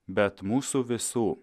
bet mūsų visų